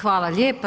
Hvala lijepa.